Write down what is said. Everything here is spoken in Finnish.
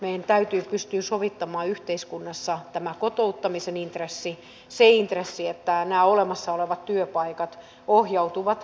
kysyjähän ei voi olla väärässä koska kysyy sitä mitä ei tiedä mutta vastaajien olisi syytä olla oikeassa